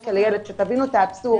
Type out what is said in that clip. שקל לילד, שתבינו את האבסורד.